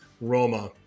roma